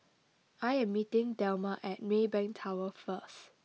I am meeting Delmar at Maybank Tower first